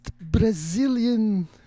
Brazilian